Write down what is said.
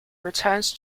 returned